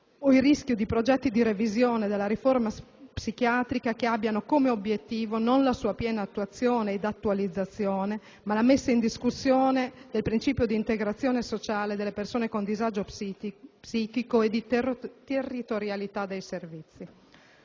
o il rischio di progetti di revisione della riforma psichiatrica, che abbiano come obiettivo non la sua piena attuazione ed attualizzazione, ma la messa in discussione del principio di integrazione sociale delle persone con disagio psichico e di territorialità dei servizi?